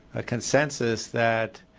a consensus that